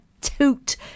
toot